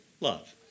love